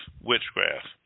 witchcraft